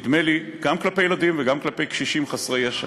גם כלפי ילדים וגם כלפי קשישים חסרי ישע.